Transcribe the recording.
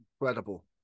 Incredible